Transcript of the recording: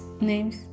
names